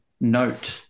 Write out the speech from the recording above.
Note